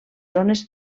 zones